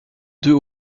deux